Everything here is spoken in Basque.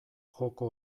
joko